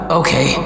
okay